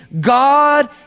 God